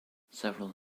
several